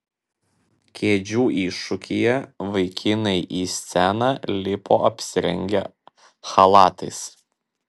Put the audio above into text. kėdžių iššūkyje vaikinai į sceną lipo apsirengę chalatais